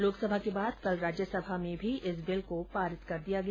लोकसभा के बाद कल राज्यसभा में भी इस बिल को पारित कर दिया गया